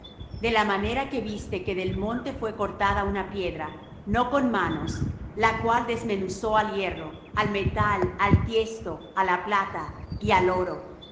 de la manera que viste que del monte fué cortada una piedra no con manos la cual desmenuzó al hierro al metal al tiesto á la plata y al oro el